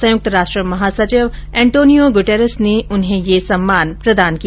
संयुक्त राष्ट्र महासचिव एंटोनियो गुटेरेस ने उन्हें ये सम्मान प्रदान किया